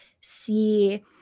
see